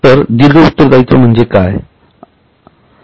तर स्थिरदीर्घ उत्तरदायित्व म्हणजे आपण काय समजतो